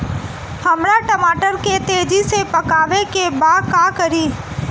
हमरा टमाटर के तेजी से पकावे के बा का करि?